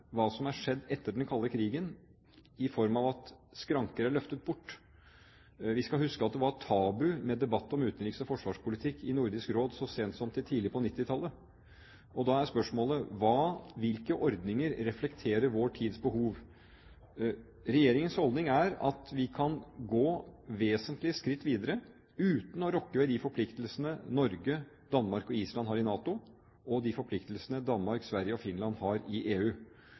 hva som har skjedd etter den kalde krigen i form av at skranker er løftet bort. Vi skal huske at det var tabu å debattere utenriks- og forsvarspolitikk i Nordisk Råd så sent som til tidlig på 1990-tallet. Da er spørsmålet: Hvilke ordninger reflekterer vår tids behov? Regjeringens holdning er at vi kan gå vesentlige skritt videre uten å rokke ved de forpliktelsene Norge, Danmark og Island har i NATO, og de forpliktelsene Danmark, Sverige og Finland har i EU.